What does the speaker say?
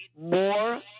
more